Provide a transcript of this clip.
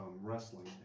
wrestling